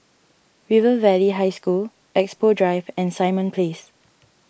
River Valley High School Expo Drive and Simon Place